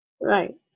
Right